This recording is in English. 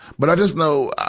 but i just know,